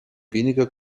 weniger